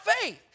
faith